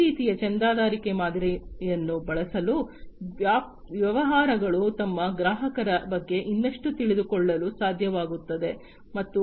ಈ ರೀತಿಯ ಚಂದಾದಾರಿಕೆ ಮಾದರಿಯನ್ನು ಬಳಸಲು ವ್ಯವಹಾರಗಳು ತಮ್ಮ ಗ್ರಾಹಕರ ಬಗ್ಗೆ ಇನ್ನಷ್ಟು ತಿಳಿದುಕೊಳ್ಳಲು ಸಾಧ್ಯವಾಗುತ್ತದೆ